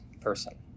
person